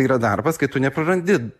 yra darbas kai tu neprarandi